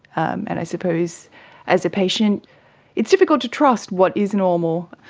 and i suppose as a patient it's difficult to trust what is normal.